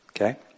Okay